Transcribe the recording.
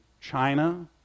China